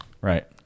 Right